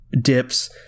dips